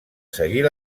seguir